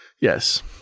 yes